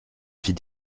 vit